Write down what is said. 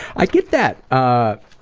i get that a,